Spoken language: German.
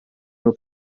nur